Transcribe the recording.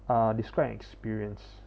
uh describe an experience